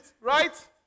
right